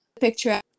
picture